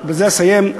בזה אסיים,